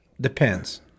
Depends